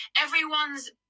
everyone's